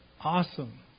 Awesome